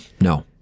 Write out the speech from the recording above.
No